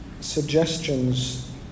suggestions